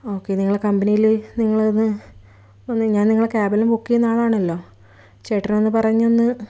okay നിങ്ങളെ കമ്പനിയിൽ നിങ്ങളൊന്ന് ഒന്ന് ഞാൻ നിങ്ങളെ കാബ് എല്ലാം ബുക്ക് ചെയ്യുന്ന ആളാണല്ലോ ചേട്ടനൊന്ന് പറഞ്ഞ് ഒന്ന്